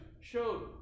showed